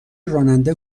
راننده